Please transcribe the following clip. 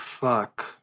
fuck